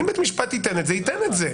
אם בית משפט ייתן את זה הוא ייתן את זה.